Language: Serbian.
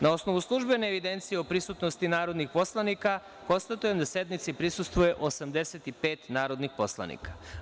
Na osnovu službene evidencije o prisutnosti narodnih poslanika¸ konstatujem da sednici prisustvuje 85 narodnih poslanika.